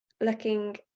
looking